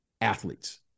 athletes